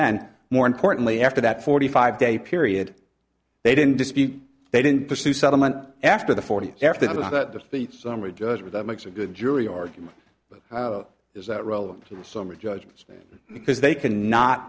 then more importantly after that forty five day period they didn't dispute they didn't pursue settlement after the forty after that defeat summary judgment that makes a good jury argument but is that relevant to the summary judgment because they cannot